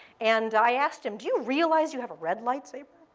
and i asked him, do you realize you have a red lightsaber,